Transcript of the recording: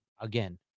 again